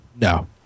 no